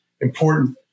Important